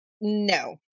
no